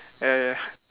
ya ya